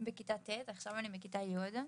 בכיתה ט', עכשיו אני בכיתה י'.